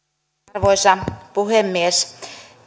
arvoisa puhemies